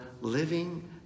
living